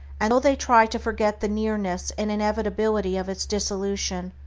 and though they try to forget the nearness and inevitability of its dissolution,